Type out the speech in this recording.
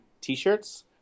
T-shirts